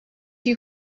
you